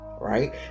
Right